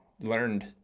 learned